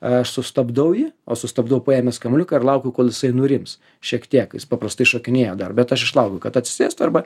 aš sustabdau jį o sustabdau paėmęs kamuoliuką ir laukiu kol jisai nurims šiek tiek jis paprastai šokinėja dar bet aš išlaukiu kad atsisėstų arba